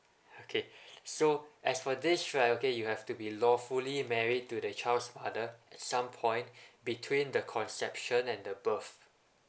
okay so as for this right okay you have to be lawfully married to the child's mother at some point between the conception and the birth